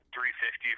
350